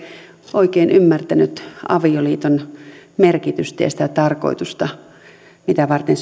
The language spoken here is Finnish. oikein ymmärtänyt avioliiton merkitystä ja sitä tarkoitusta mitä varten